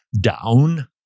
down